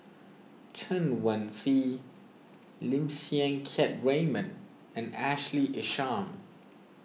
Chen Wen Hsi Lim Siang Keat Raymond and Ashley Isham